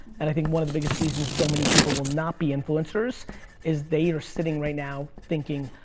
and i think one of the biggest reasons so many people will not be influencers is they are sitting right now, thinking,